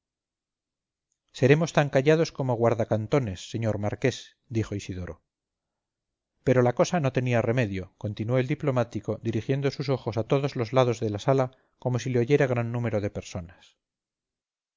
seremos tan callados como guardacantones señor marqués dijo isidoro pero la cosa no tenía remedio continuó el diplomático dirigiendo sus ojos a todos los lados de la sala como si le oyera gran número de personas